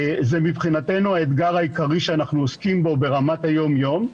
זה מבחינתנו האתגר העיקרי שאנחנו עוסקים בו ברמת היומיום.